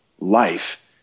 life